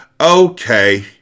Okay